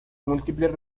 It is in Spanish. múltiples